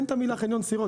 את המילה "חניון סירות",